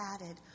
added